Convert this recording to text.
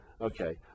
Okay